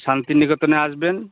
শান্তিনিকেতনে আসবেন